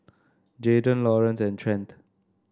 Jaden Laurance and Trent